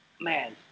Man